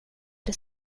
det